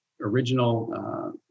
original